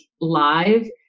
live